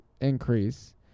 increase